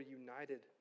united